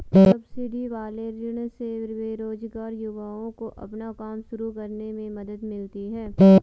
subsidy वाले ऋण से बेरोजगार युवाओं को अपना काम शुरू करने में मदद मिलती है